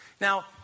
Now